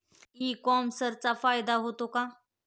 E कॉमर्सचा फायदा होतो का?